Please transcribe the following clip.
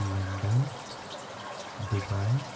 London Dubai